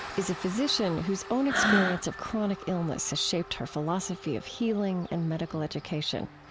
is a physician whose own experience of chronic illness has shaped her philosophy of healing and medical education.